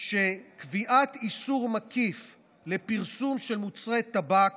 שקביעת איסור מקיף על פרסום של מוצרי טבק